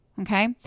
Okay